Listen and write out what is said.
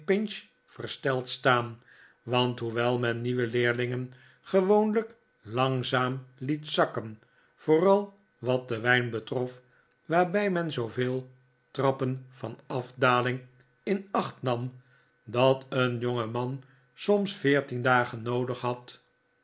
versteld staan want hoewel men nieuwe leerlingen gewoonlijk langzaam liet zakken vooral wat den wijn betrof waarbij men zooveel trappen van afdaling in acht nam dat een jongeman soms veertien dagen noodig had